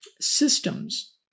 systems